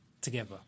together